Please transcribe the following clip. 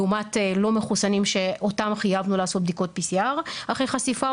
לעומת לא מחוסנים שאותם חייבנו לעשות בדיקות PCR אחרי חשיפה,